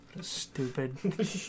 Stupid